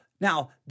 now